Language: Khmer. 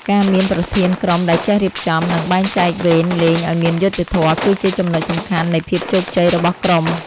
ការមានប្រធានក្រុមដែលចេះរៀបចំ និងបែងចែកវេនលេងឱ្យមានយុត្តិធម៌ គឺជាចំណុចសំខាន់នៃភាពជោគជ័យរបស់ក្រុម។